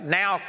now